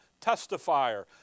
testifier